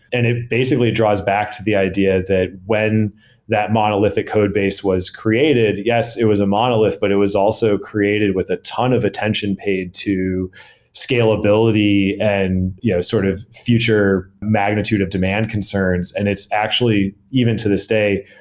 and it basically draws back the idea that when that monolithic codebase was created, yes, it was a monolith, but it was also created with a ton of attention paid to scalability and yeah sort of future magnitude of demand concerns. and it's actually, even to this day,